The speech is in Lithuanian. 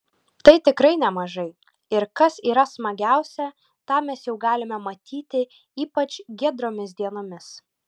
tai tikrai nemažai ir kas yra smagiausia tą mes jau galime matyti ypač giedromis dienomis